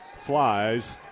flies